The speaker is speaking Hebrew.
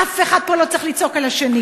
אף אחד פה לא צריך לצעוק על השני.